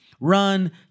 run